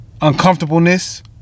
uncomfortableness